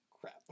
crap